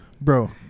Bro